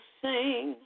sing